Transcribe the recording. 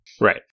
Right